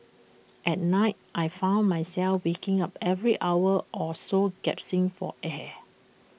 at night I found myself waking up every hour or so gasping for air